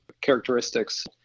characteristics